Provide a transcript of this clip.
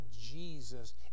Jesus